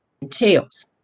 entails